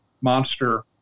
monster